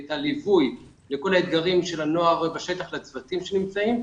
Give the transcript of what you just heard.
ואת הליווי לכל האתגרים של הנוער ובשטח לצוותים שנמצאים,